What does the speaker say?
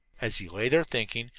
as he lay there thinking,